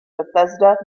bethesda